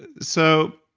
so,